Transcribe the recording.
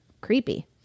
Creepy